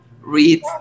read